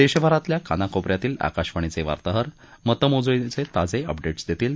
देशभरातील कानाकोप यातील आकाशवाणीचे वार्ताहर मतमोजणी ताजे अपडेट्स देतील